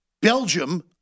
Belgium